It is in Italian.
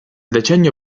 decennio